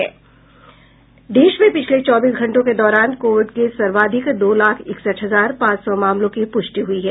देश में पिछले चौबीस घंटों के दौरान कोविड के सर्वाधिक दो लाख इकसठ हजार पांच सौ मामलों की पुष्टि हुई है